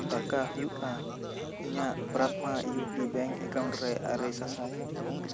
ᱴᱟᱠᱟ ᱦᱩᱭᱩᱜᱼᱟ ᱤᱧᱟᱜ Prathama U P bank account ᱨᱮ ᱟᱨᱮ ᱥᱟᱥᱟᱭ